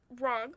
Wrong